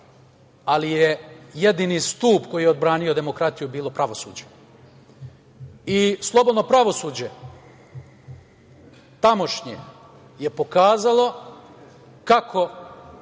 ali je jedini stub koji je odbranio demokratiju bilo pravosuđe. Slobodno pravosuđe tamošnje je pokazalo kako